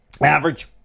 average